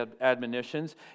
admonitions